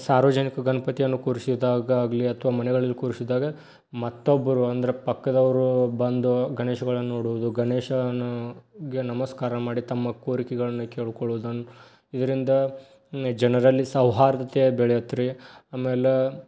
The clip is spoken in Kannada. ಸಾರ್ವಜನಿಕ ಗಣಪತಿಯನ್ನು ಕೂರಿಸಿದಾಗ ಆಗಲಿ ಅಥವಾ ಮನೆಗಳಲ್ಲಿ ಕೂರಿಸಿದಾಗ ಮತ್ತೊಬ್ಬರು ಅಂದರೆ ಪಕ್ಕದವರು ಬಂದು ಗಣೇಶಗಳನ್ನು ನೋಡುವುದು ಗಣೇಶನಿಗೆ ನಮಸ್ಕಾರ ಮಾಡಿ ತಮ್ಮ ಕೋರಿಕೆಗಳನ್ನು ಕೇಳ್ಕೊಳ್ಳುವುದನ್ನು ಇದರಿಂದ ಜನರಲ್ಲಿ ಸೌಹಾರ್ದತೆಯು ಬೆಳೆಯತ್ತೆ ರೀ ಆಮೇಲೆ